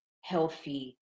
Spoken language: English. healthy